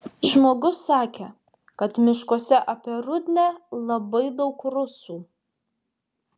žmogus sakė kad miškuose apie rudnią labai daug rusų